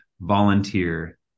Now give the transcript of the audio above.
volunteer